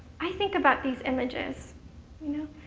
i think about these images. you know?